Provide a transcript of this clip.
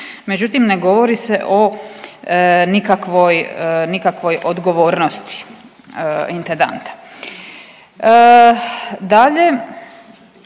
međutim ne govori se o nikakvoj, nikakvoj odgovornosti intendanta.